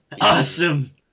Awesome